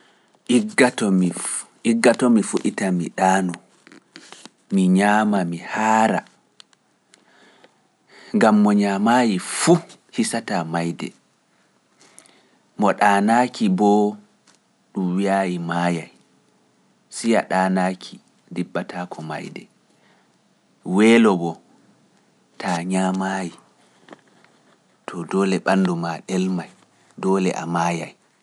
Igga to mi fu- igga to mi fuɗɗita mi ɗaanoo, mi nyaama mi haara, ngam mo nyaamaayi fuu hisataa maayde, mo ɗaanaaki boo ɗum wi'aayi maayay, siya ɗaanaaki diɓɓataako maayde, weelo boo ta a nyaamaayi, too doole ɓanndu maa ɗelmay, doole a maayay.